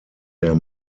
der